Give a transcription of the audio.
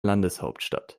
landeshauptstadt